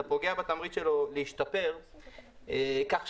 אתה פוגע בתמריץ שלו להשתפר,